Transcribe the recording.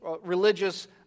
religious